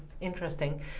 interesting